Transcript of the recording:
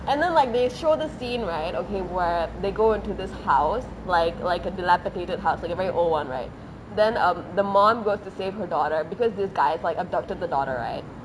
and then like they show the scene right okay where they go into this house like like a dilapidated house like a very old [one] right then uh the mom goes to save her daughter because this guy's like abducted the daughter right